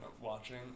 watching